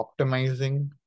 optimizing